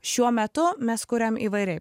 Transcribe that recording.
šiuo metu mes kuriam įvairiai